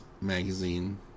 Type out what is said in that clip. magazine